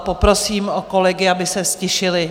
Poprosím kolegy, aby se ztišili.